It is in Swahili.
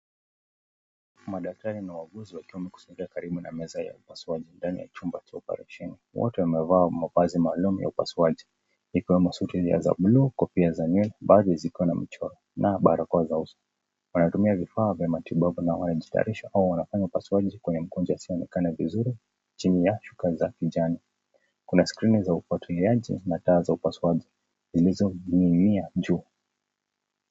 Madaktari na wahuguzi wakiwa wamekusanyika karibu na meza ya upasuaji ndani ya chumba cha oparesheni. Wote wamevaa mavazi maalum ya upasuaji ikiwemo suti za blue, kofia za nywele, baadhi zikiwa na michoro na barakoa za uso. Wanatumia vifaa vya matibabu na wanajitayarisha au wanafanya upasuaji kwenye mgonjwa asionekane vizuri chini ya shuka za kijani. Kuna skrini za ufuatiliaji na taa za upasuaji zilizoning'inia juu.